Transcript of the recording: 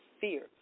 fear